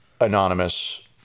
anonymous